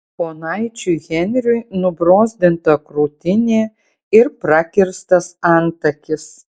ponaičiui henriui nubrozdinta krūtinė ir prakirstas antakis